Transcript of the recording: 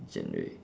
genre